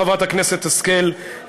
חברת הכנסת השכל,